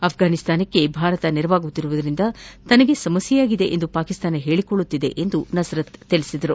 ಅಫ್ಟಾನಿಸ್ತಾನಕ್ಕೆ ಭಾರತ ನೆರವಾಗುತ್ತಿರುವುದರಿಂದ ತನಗೆ ಸಮಸ್ಕೆಯಾಗಿದೆ ಎಂದು ಪಾಕಿಸ್ತಾನ ಹೇಳಿಕೊಳ್ಳುತ್ತಿದೆ ಎಂದು ನಸರತ್ ಹೇಳಿದ್ದಾರೆ